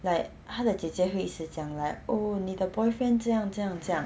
like 他的姐姐会一直讲 like oh 你的 boyfriend 这样这样这样